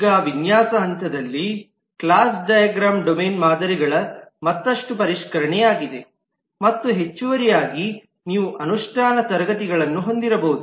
ಈಗ ವಿನ್ಯಾಸ ಹಂತದಲ್ಲಿ ಕ್ಲಾಸ್ ಡೈಗ್ರಾಮ್ ಡೊಮೇನ್ ಮಾದರಿಗಳ ಮತ್ತಷ್ಟು ಪರಿಷ್ಕರಣೆಯಾಗಿದೆ ಮತ್ತು ಹೆಚ್ಚುವರಿಯಾಗಿ ನೀವು ಅನುಷ್ಠಾನ ತರಗತಿಗಳನ್ನು ಹೊಂದಿರಬಹುದು